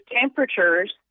temperatures